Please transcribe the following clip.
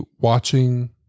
watching